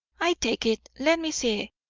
i take it. let me see!